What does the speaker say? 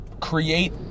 Create